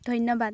ধন্যবাদ